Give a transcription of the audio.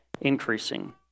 increasing